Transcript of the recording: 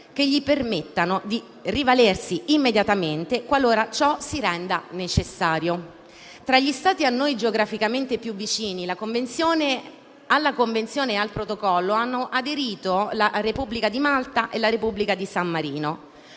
che gli permettano di rivalersi immediatamente, qualora ciò si renda necessario. Tra gli Stati a noi geograficamente più vicini, alla Convenzione e al Protocollo hanno aderito la Repubblica di Malta e la Repubblica di San Marino,